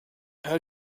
how